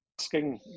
asking